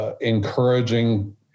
encouraging